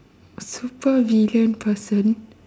super villain person